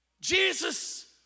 Jesus